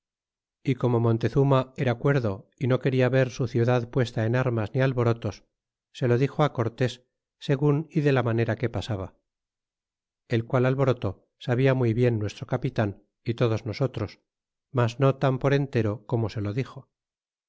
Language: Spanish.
y como monte zutra era cuerdo y no quena ver su ciudad puesta en armas ni alborotos se lo dixo á cortés segun y de la manera que pasaba el qual alboroto sabia muy bien nuestro capitan y todos nosotros mas no tan por entero como se lo dixo